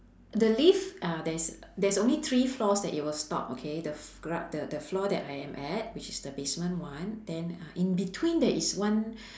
the lift uh there's there's only three floors that it will stop okay the f~ gro~ the the floor that I am at which is the basement one then uh in between there is one